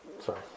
Sorry